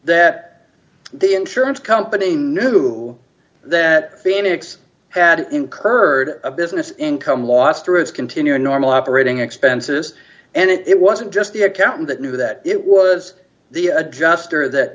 that the insurance company knew that phoenix had incurred a business income loss d through its continuing normal operating expenses and it wasn't just the accountant that knew that it was the adjuster that